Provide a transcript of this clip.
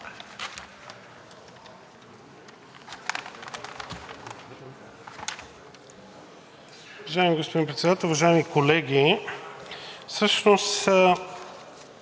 Уважаеми господин Председател, уважаеми колеги!